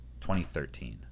2013